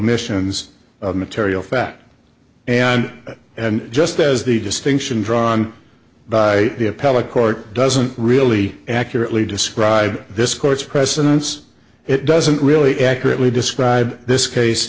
missions of material fact and and just as the distinction drawn by the appellate court doesn't really accurately describe this court's precedents it doesn't really accurately describe this case